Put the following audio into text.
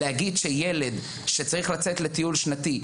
להגיד שילד שצריך לצאת לטיול שנתי,